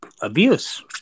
abuse